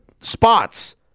spots